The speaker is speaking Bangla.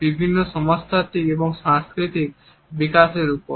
বিভিন্ন সমাজতাত্ত্বিক ও সাংস্কৃতিক বিকাশের উপর